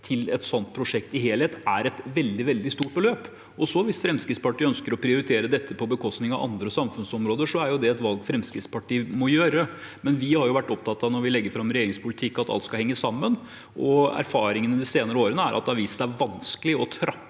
til et sånt prosjekt i helhet er et veldig, veldig stort beløp. Hvis Fremskrittspartiet ønsker å prioritere dette på bekostning av andre samfunnsområder, er det et valg Fremskrittspartiet må ta. Men vi har vært opptatt av, når vi legger fram regjeringens politikk, at alt skal henge sammen. Erfaringene de senere årene er at det har vist seg vanskelig å trappe